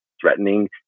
threatening